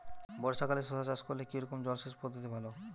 বর্ষাকালে শশা চাষ করলে কি রকম জলসেচ পদ্ধতি ভালো?